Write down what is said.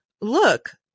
look